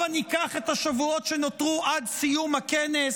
הבה ניקח את השבועות שנותרו עד סיום הכנס.